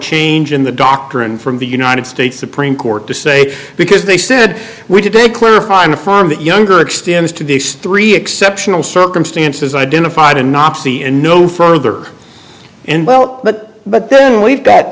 change in the doctrine from the united states supreme court to say because they said we did a clarifying a farm that younger extends to these three exceptional circumstances identified a nazi and no further and well but but then we've got